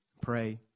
pray